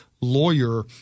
lawyer